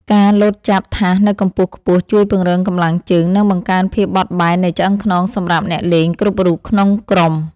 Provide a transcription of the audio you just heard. ការលោតចាប់ថាសនៅកម្ពស់ខ្ពស់ជួយពង្រឹងកម្លាំងជើង និងបង្កើនភាពបត់បែននៃឆ្អឹងខ្នងសម្រាប់អ្នកលេងគ្រប់រូបក្នុងក្រុម។